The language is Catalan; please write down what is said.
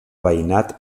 veïnat